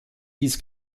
dies